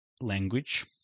language